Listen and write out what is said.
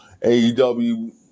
AEW